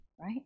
right